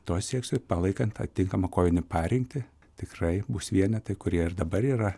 to sieksiu palaikant tą tinkamą kovinę parengtį tikrai bus vienetai kurie ir dabar yra